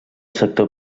sector